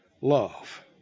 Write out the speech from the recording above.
love